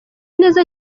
neza